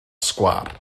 sgwâr